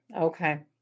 Okay